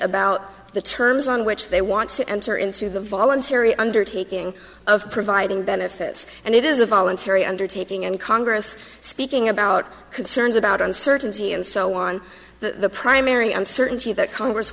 about the terms on which they want to enter into the voluntary undertaking of providing benefits and it is a voluntary undertaking and congress speaking about concerns about uncertainty and so on the primary uncertainty that congress